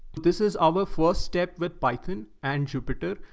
this is our first step with python and jupyter.